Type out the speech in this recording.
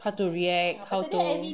how to react how to